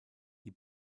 die